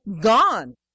gone